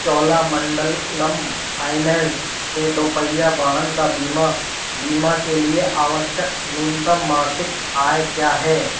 Cholamandalam finance से दोपहिया वाहन का बीमा बीमा के लिए आवश्यक न्यूनतम मासिक आय क्या है